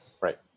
right